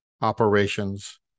operations